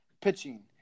pitching